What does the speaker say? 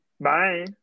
Bye